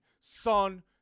Son